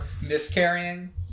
Miscarrying